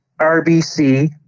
RBC